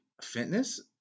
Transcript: fitness